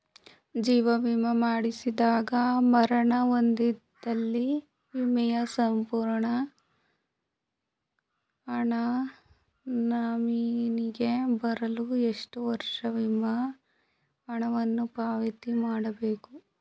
ಜೀವ ವಿಮಾ ಮಾಡಿಸಿದಾಗ ಮರಣ ಹೊಂದಿದ್ದಲ್ಲಿ ವಿಮೆಯ ಪೂರ್ಣ ಹಣ ನಾಮಿನಿಗೆ ಬರಲು ಎಷ್ಟು ವರ್ಷ ವಿಮೆ ಹಣವನ್ನು ಪಾವತಿ ಮಾಡಿರಬೇಕು?